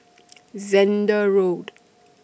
Zehnder Road